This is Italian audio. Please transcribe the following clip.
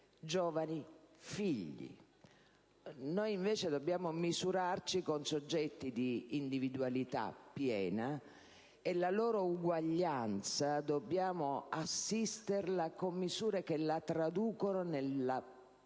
giovani figli. Noi, invece, dobbiamo misurarci con soggetti con individualità piena e la loro uguaglianza dobbiamo assisterla con misure che la traducano nelle